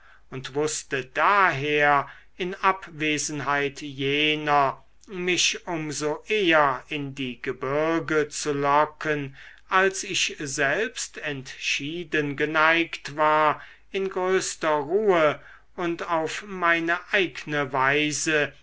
und wußte daher in abwesenheit jener mich um so eher in die gebirge zu locken als ich selbst entschieden geneigt war in größter ruhe und auf meine eigne weise